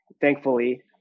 thankfully